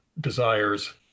desires